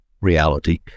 reality